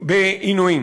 בעינויים.